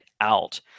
out